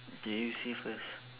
did you say first